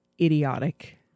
idiotic